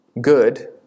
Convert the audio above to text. good